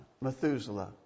Methuselah